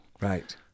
Right